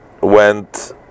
went